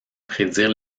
prédire